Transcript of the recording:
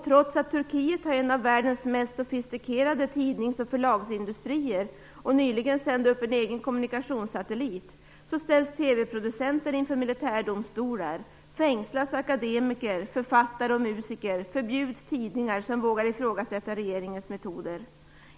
Trots att Turkiet har en av världens mest sofistikerade tidnings och förlagsindustrier och nyligen sände upp en egen kommunikationssatellit ställs TV producenter inför militärdomstolar, fängslas akademiker, författare och musiker och förbjuds tidningar som vågar ifrågasätta regeringens metoder.